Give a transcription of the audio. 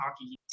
hockey